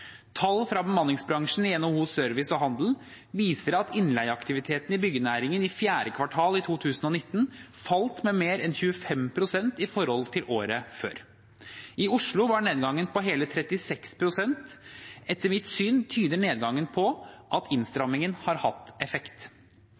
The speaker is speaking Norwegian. Tall fra bemanningsbransjen i NHO Service og Handel viser at innleieaktiviteten i byggenæringen i fjerde kvartal i 2019 falt med mer enn 25 pst. i forhold til året før. I Oslo var nedgangen på hele 36 pst. Etter mitt syn tyder nedgangen på at